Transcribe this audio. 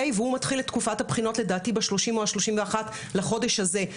והוא מתחיל את תקופת הבחינות לדעתי ב-30 או ב-31 לחודש הזה,